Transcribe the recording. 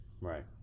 Right